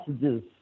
messages